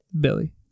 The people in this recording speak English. Billy